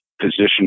position